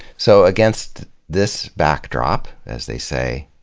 so against this backdrop, as they say,